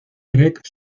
trek